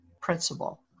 principle